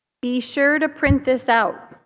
be sure to print this out.